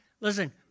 listen